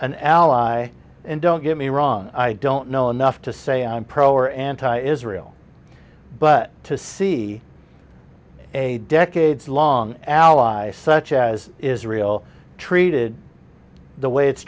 an ally and don't get me wrong i don't know enough to say i'm pro or anti israel but to see a decades long allies such as israel treated the way it's